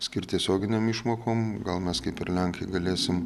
skirt tiesioginėm išmokom gal mes kaip ir lenkai galėsim